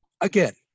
again